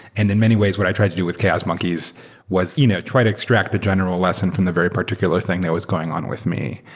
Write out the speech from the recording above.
and in many ways what i tried to do with chaos monkeys was you know try to extract the general lesson from the very particular thing that was going on with me.